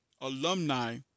alumni